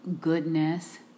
goodness